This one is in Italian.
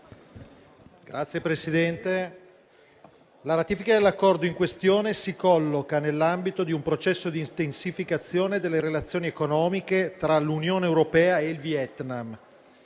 la ratifica dell'accordo in questione si colloca nell'ambito di un processo di intensificazione delle relazioni economiche tra l'Unione europea e il Vietnam.